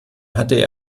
hatte